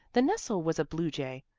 the nestle was a blue jay,